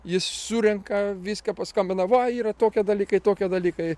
jis surenka viską paskambina va yra tokie dalykai tokie dalykai